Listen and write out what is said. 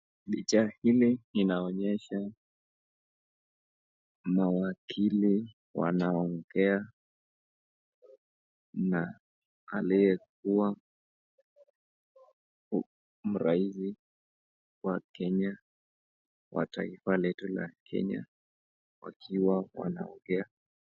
Picha hili inaonyesha mawakili wanaongea na aliyekuwa rais wa Kenya wa taifa letu la Kenya wakiwa wanaongea.